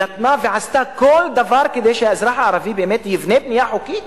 נתנה ועשתה כל דבר כדי שהאזרח הערבי באמת יבנה בנייה חוקית?